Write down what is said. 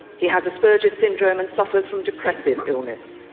he has asperger's syndrome and suffers from depressive illness.